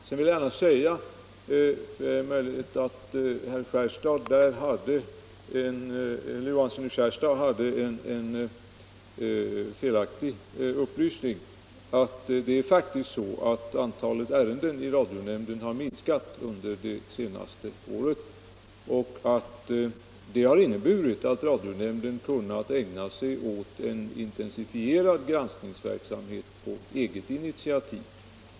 Sedan vill jag gärna säga — det är möjligt att herr Johanssons i Skärstad upplysning där är felaktig — att antalet ärenden i radionämnden faktiskt har minskat under det senaste året och att detta har inneburit att radionämnden kunnat ägnat sig åt en intensifierad granskningsverksamhet på eget initiativ.